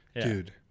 dude